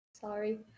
Sorry